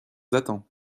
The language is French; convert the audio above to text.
attends